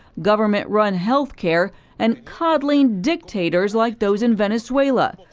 government run health care and coddling dictators like those in venezuela.